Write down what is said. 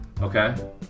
Okay